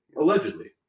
Allegedly